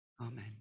amen